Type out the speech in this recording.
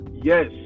Yes